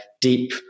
deep